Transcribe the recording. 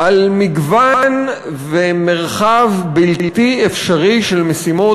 על מגוון ומרחב בלתי אפשרי של משימות